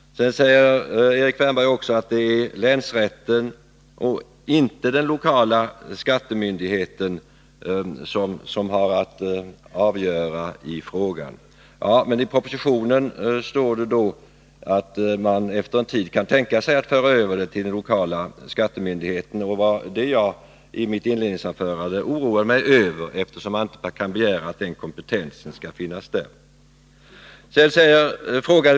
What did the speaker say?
Erik Wärnberg säger också att det är länsrätten och inte den lokala skattemyndigheten som har att avgöra frågan. Men i propositionen står det att man efter en tid kan tänka sig att föra över avgörandet till den lokala skattemyndigheten, och det var det jag i mitt inledningsanförande oroade mig över, eftersom man inte kan begära att den kompetensen skall finnas där.